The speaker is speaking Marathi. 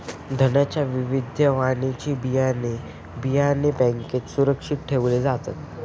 धान्याच्या विविध वाणाची बियाणे, बियाणे बँकेत सुरक्षित ठेवले जातात